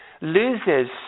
loses